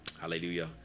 Hallelujah